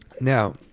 Now